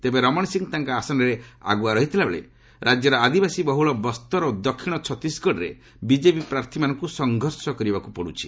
ତେବେ ରମଣସିଂ ତାଙ୍କ ଆସନରେ ଆଗୁଆ ରହିଥିବା ବେଳେ ରାଜ୍ୟର ଆଦିବାସୀ ବହୁଳ ବସ୍ତର ଓ ଦକ୍ଷିଣ ଛତିଶଗଡ଼ରେ ବିଜେପି ପ୍ରାର୍ଥୀମାନଙ୍କୁ ସଂଘର୍ଷ କରିବାକୁ ପଡ଼ୁଛି